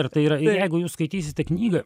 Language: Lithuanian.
ir tai yra jeigu jūs skaitysite knygą